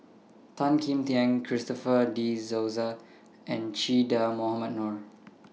Tan Kim Tian Christopher De Souza and Che Dah Mohamed Noor